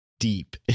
Deep